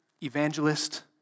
evangelist